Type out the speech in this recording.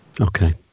Okay